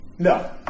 No